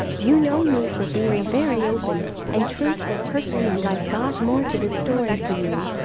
you know me for being a very open and truthful person and i've got more to the story for you